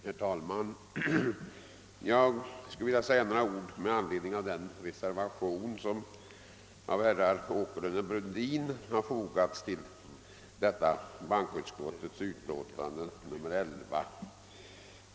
Herr talman! Jag skulle vilja säga några ord med anledning av den reservation som herrar Åkerlund och Brundin har fogat till bankoutskottets utlåtande nr 11.